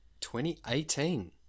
2018